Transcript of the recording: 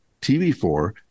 TV4